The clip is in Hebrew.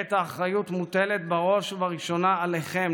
כעת האחריות מוטלת בראש ובראשונה עליכם,